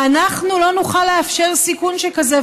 ואנחנו לא נוכל לאפשר סיכון שכזה,